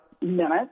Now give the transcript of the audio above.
minutes